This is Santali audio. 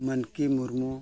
ᱢᱟᱱᱠᱤ ᱢᱩᱨᱢᱩ